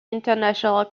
international